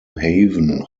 haven